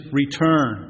return